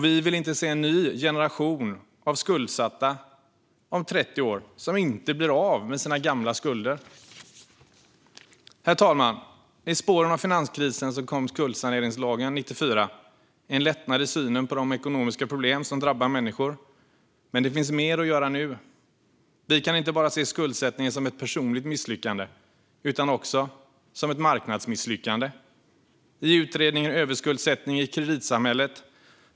Vi vill inte se en ny generation av skuldsatta om 30 år som inte blir av med sina gamla skulder. Herr talman! I spåren av finanskrisen kom skuldsaneringslagen 1994. Det var en lättnad i synen på de ekonomiska problem som drabbade människor. Men det finns mer att göra nu. Vi kan inte bara se skuldsättning som ett personligt misslyckande utan också som ett marknadsmisslyckande. I utredningen Överskuldsättning i kreditsamhället ?